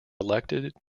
elected